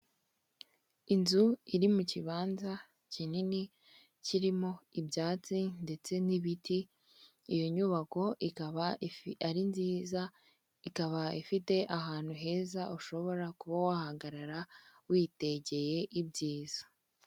Inzu iri mu kibanza kinini kirimo ibyatsi ndetse n'ibiti iyo nyubako ikaba ari nziza ikaba ifite ahantu heza ushobora kuba wahagarara witegeye ibyiza.